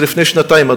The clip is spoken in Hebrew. זה מלפני שנתיים,